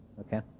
Okay